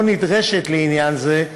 או נדרשת לעניין זה,